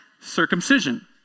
Circumcision